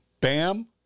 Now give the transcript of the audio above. Bam